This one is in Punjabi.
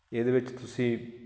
ਇਹਦੇ ਵਿੱਚ ਤੁਸੀਂ